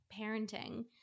parenting